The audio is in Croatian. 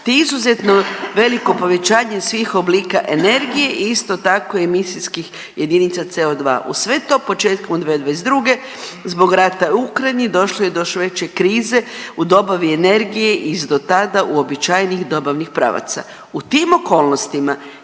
te izuzetno veliko povećanje svih oblika energije i isto tako emisijskih jedinica CO2. Uz sve to početkom 2022. zbog rata u Ukrajini došlo je do još veće krize u dobavi energije iz do tada uobičajenih dobavnih pravaca. U tim okolnostima